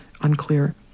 unclear